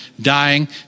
dying